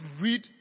read